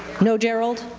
no gerald?